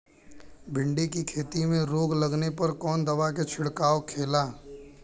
भिंडी की खेती में रोग लगने पर कौन दवा के छिड़काव खेला?